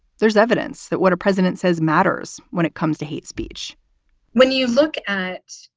there's evidence that what a president says matters when it comes to hate speech when you look at,